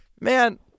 Man